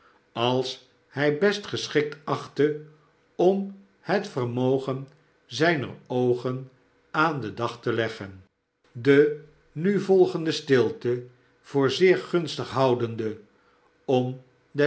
als hij best geschikt achtte om het vermogen zijner oogen aan den dag te leggen de nu volgende stilte voor zeer gunsimon